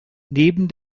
neben